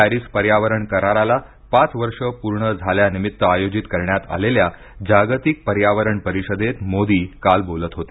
Paris पर्यावरण कराराला पाच वर्ष पूर्ण झाल्यानिमित्त आयोजित करण्यात आलेल्या जागतिक पर्यावरण परिषदेत मोदी काल बोलत होते